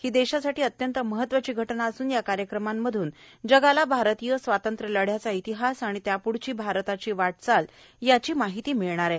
ही देशासाठी अत्यंत महत्वाची घटना असून या कार्यक्रमातून जगाला भारतीय स्वातंत्र्यलढ्याचा इतिहास आणि त्याप्ढची भारताची वाटचाल याची माहिती मिळणार आहे